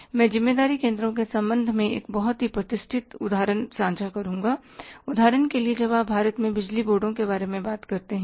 मैं जिम्मेदार केंद्रों के संबंध में एक बहुत ही प्रतिष्ठित उदाहरण साझा करुंगा उदाहरण के लिए जब आप भारत में बिजली बोर्डों के बारे में बात करते हैं